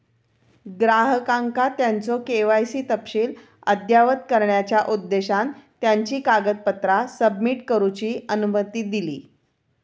ग्राहकांका त्यांचो के.वाय.सी तपशील अद्ययावत करण्याचा उद्देशान त्यांची कागदपत्रा सबमिट करूची अनुमती दिली